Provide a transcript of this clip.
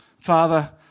Father